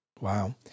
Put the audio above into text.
Wow